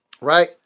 Right